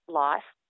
life